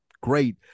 great